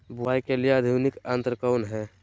बुवाई के लिए आधुनिक यंत्र कौन हैय?